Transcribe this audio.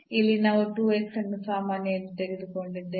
ಇಲ್ಲಿ ನಾವು ಅನ್ನು ಸಾಮಾನ್ಯ ಎಂದು ತೆಗೆದುಕೊಂಡಿದ್ದೇವೆ